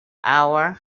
hour